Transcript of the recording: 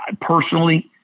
personally